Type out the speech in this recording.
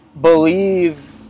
believe